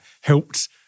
helped